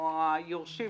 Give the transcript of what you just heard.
או חברת הביטוח.